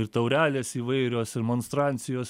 ir taurelės įvairios ir monstrancijos